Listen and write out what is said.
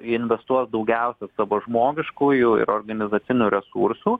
investuos daugiausia savo žmogiškųjų ir organizacinų resursų